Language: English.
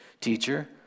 teacher